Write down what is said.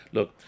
Look